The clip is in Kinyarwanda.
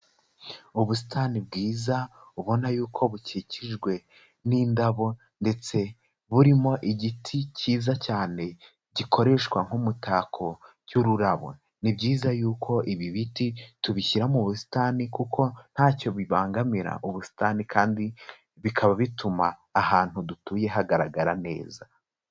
Ubusitani bwiza ubona yuko bukikijwe n'indabo ndetse burimo igiti cyiza cyane gikoreshwa nk'umutako cy'ururabo, ni byiza yuko ibi biti tubishyira mu busitani kuko nta cyo bibangamira ubusitani kandi bikaba bituma ahantu dutuye hagaragara neza.